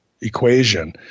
equation